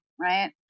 right